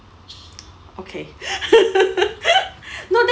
okay no th~